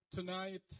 Tonight